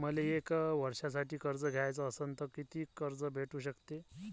मले एक वर्षासाठी कर्ज घ्याचं असनं त कितीक कर्ज भेटू शकते?